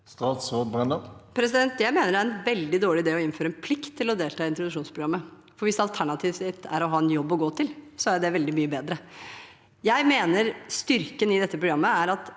Statsråd Tonje Brenna Jeg mener det er en veldig dårlig idé å innføre en plikt til å delta i introduksjonsprogrammet. Hvis alternativet er å ha en jobb å gå til, er det veldig mye bedre. Jeg mener styrken i dette programmet er at